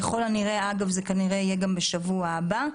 ככל הנראה זה יהיה כנראה בשבוע הבא.